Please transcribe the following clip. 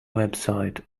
website